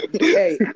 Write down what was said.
Hey